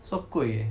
so 贵 eh